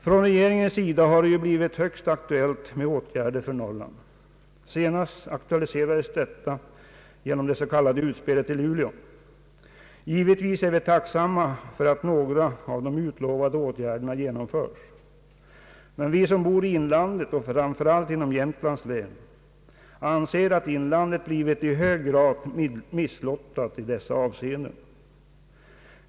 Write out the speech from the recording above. Från regeringens sida har det ju blivit högst aktuellt med åtgärder för Norrland. Senast visades regeringens intresse vid det s.k. utspelet i Luleå. Givetvis är vi tacksamma för att några av de utlovade åtgärderna genomförs, men vi som bor i inlandet och framför allt vi i Jämtlands län anser att inlandet blivit i hög grad misslottat i dessa avseenden.